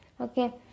Okay